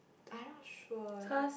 I not sure eh